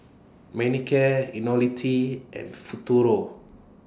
Manicare Ionil T and Futuro